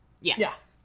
Yes